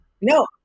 No